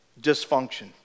Dysfunction